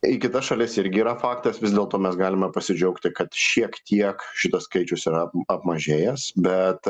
į kitas šalis irgi yra faktas vis dėlto mes galime pasidžiaugti kad šiek tiek šitas skaičius yra apmažėjęs bet